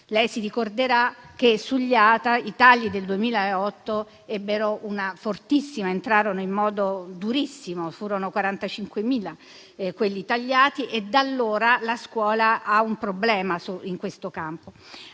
Lei si ricorderà che sugli ATA i tagli del 2008 ebbero un fortissimo impatto e colpirono in modo durissimo: furono 45.000 quelli tagliati e da allora la scuola ha un problema in questo campo.